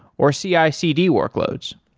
or cicd workloads